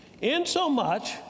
Insomuch